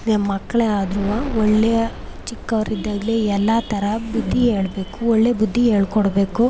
ನಿಮ್ಮ ಮಕ್ಕಳೇ ಆದ್ರು ಒಳ್ಳೆಯ ಚಿಕ್ಕವರಿದ್ದಾಗಲೇ ಎಲ್ಲ ಥರ ಬುದ್ದಿ ಹೇಳ್ಬೇಕು ಒಳ್ಳೆ ಬುದ್ಧಿ ಹೇಳ್ಕೊಡ್ಬೇಕು